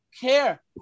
care